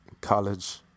college